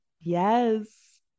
yes